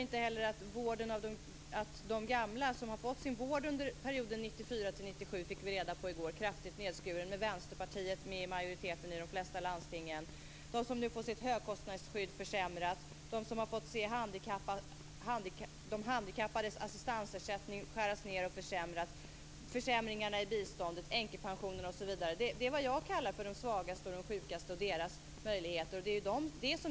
De gamla som fick vård under perioden 1994-97 fick den kraftigt nedskuren när Vänsterpartiet var med i majoriteten i de flesta landstingen. Det fick vi reda på i går. Det finns de som nu får sitt högkostnadsskydd försämrat, de som har fått se de handikappades assistansersättning skäras ned och försämras. Vi har försämringarna i biståndet, i änkepensioner. Det är vad jag kallar för de svagaste och sjukaste och deras möjligheter.